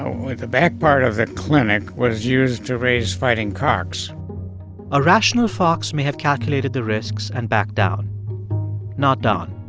with the back part of the clinic was used to raise fighting cocks a rational fox may have calculated the risks and backed down not don.